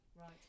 right